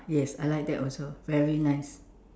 yes I like that also very nice